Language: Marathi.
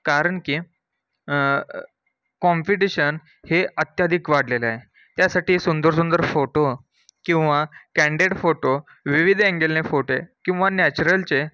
कारण की कॉम्पिटिशन हे अत्याधिक वाढलेलं आहे त्यासाठी सुंदर सुंदर फोटो किंवा कँडेड फोटो विविध अँगेलने फोटे किंवा नॅचरलचे